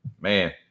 man